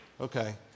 Okay